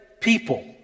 people